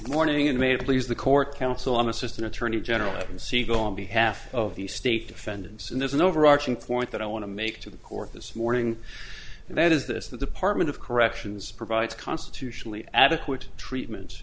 morning and made please the court counsel i'm assistant attorney general and siegel on behalf of the state defendants in there's an overarching point that i want to make to the court this morning and that is this the department of corrections provides constitutionally adequate treatment